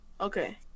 Okay